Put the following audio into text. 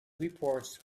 reports